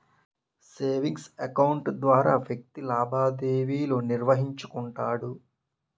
savings account ద్వారా వ్యక్తి లావాదేవీలు నిర్వహించుకుంటాడు